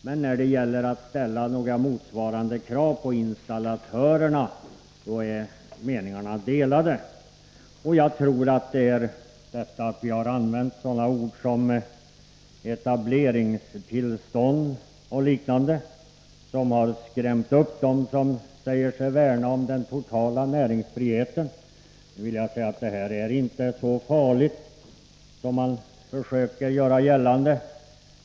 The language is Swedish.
Men när det gäller att ställa motsvarande krav på installatörerna är meningarna delade. Jag tror att det faktum att vi har använt ord som etableringstillstånd har skrämt upp dem som säger sig värna om den totala näringsfriheten. Men det här är inte så farligt som man försöker göra gällande.